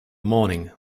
morning